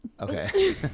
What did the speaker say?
Okay